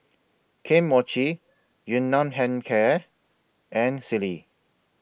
Kane Mochi Yun Nam Hair Care and Sealy